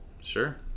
sure